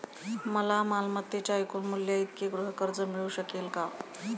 मला मालमत्तेच्या एकूण मूल्याइतके गृहकर्ज मिळू शकेल का?